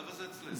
ככה זה אצלם.